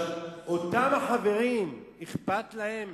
אותם החברים, אכפת להם